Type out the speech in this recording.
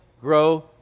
grow